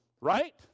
right